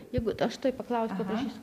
jeigu aš tuoj paklausiu paprašysiu kad